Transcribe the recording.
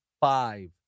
five